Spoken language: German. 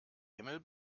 himmel